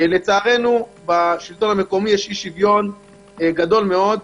לצערנו בשלטון המקומי יש אי-שוויון גדול מאד,